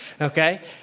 okay